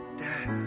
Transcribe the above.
death